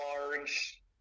large